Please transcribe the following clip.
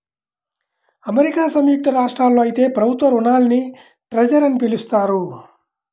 America సంయుక్త రాష్ట్రాల్లో అయితే ప్రభుత్వ రుణాల్ని ట్రెజర్ అని పిలుస్తారు